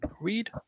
Read